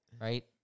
right